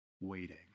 waiting